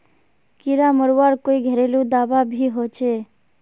कीड़ा मरवार कोई घरेलू दाबा भी होचए?